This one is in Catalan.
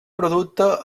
producte